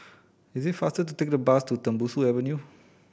it is faster to take the bus to Tembusu Avenue